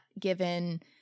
given